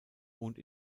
wohnt